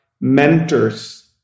mentors